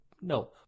No